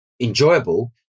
enjoyable